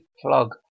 plug